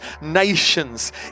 nations